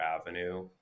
avenue